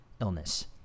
illness